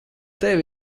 tev